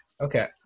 Okay